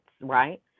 right